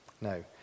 No